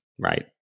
right